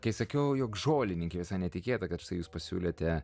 kai sakiau jog žolininkei visai netikėta kad štai jūs pasiūlėte